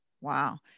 Wow